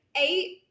Eight